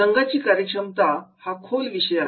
संघाची कार्यक्षमता हा खोल विषय आहे